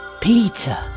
Peter